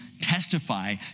testify